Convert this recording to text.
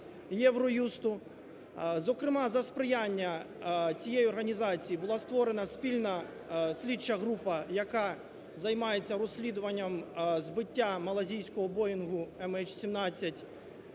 Євроюсту. Зокрема за сприяння цієї організації була створена спільна слідча група, яка займається розслідуванням збиття малайзійського "Боїнгу MH17"